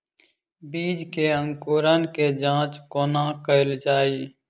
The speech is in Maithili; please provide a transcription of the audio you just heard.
बीज केँ अंकुरण केँ जाँच कोना केल जाइ?